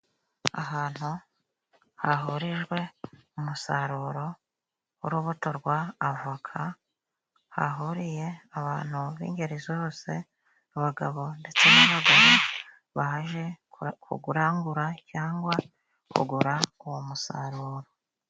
Ahantu hahurijwe umusaruro w'urubuto rwa avoka, hahuriye abantu b'ingeri zose abagabo ndetse n'abagore, baje kurangura cyangwa kugura uwo musaruro.